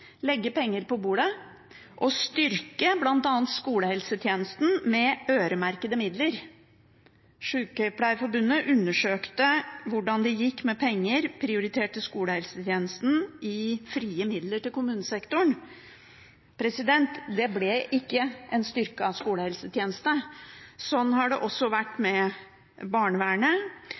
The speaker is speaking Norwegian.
legge penger på bordet og styrke bl.a. skolehelsetjenesten med øremerkede midler. Sykepleierforbundet undersøkte hvordan det gikk med penger prioritert til skolehelsetjenesten i frie midler til kommunesektoren. Det ble ikke en styrket skolehelsetjeneste. Sånn har det også vært